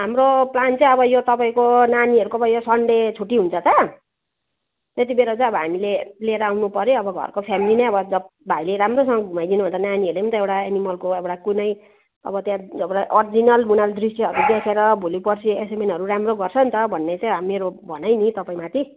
हाम्रो प्लान चाहिँ अब यो तपाईँको नानीहरूको भयो सन्डे छुट्टी हुन्छ त त्यति बेला चाहिँ अब हामीले लिएर आउनु पऱ्यो अब घरको फ्यामिली नै जब भाइले राम्रोसँग घुमाइदिनु भयो भने त नानीहरूले त एउटा एनिमलको कुनै अब त्यहाँ अब र अरजिनल मुनाल दृश्यहरू देखेर भोलि पर्सि एसाइनमेन्टहरू राम्रो गर्छ नि त भन्ने चाहिँ हा मेरो भनाइ नि तपाईँ माथि